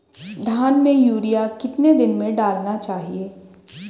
धान में यूरिया कितने दिन में डालना चाहिए?